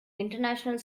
international